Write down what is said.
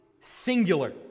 singular